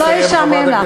שלא ישעמם לך.